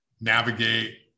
navigate